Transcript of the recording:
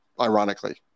ironically